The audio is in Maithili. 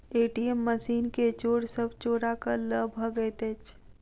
ए.टी.एम मशीन के चोर सब चोरा क ल भगैत अछि